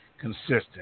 consistent